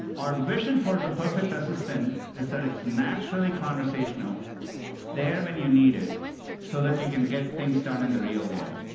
our vision for the perfect assistant is that it's naturally conversational, it's there when you need it so that you can get things done in the real world.